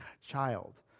child